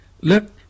Look